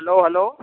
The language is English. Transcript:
hello hello